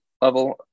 level